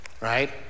Right